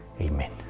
Amen